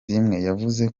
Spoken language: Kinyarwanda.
yavuze